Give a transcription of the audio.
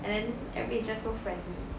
and then everybody is just so friendly